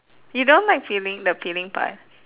you don't like peeling the peeling part